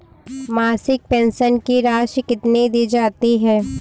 मासिक पेंशन की राशि कितनी दी जाती है?